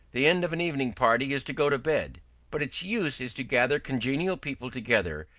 the end of an evening party is to go to bed but its use is to gather congenial people together,